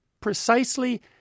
precisely